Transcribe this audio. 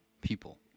people